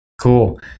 cool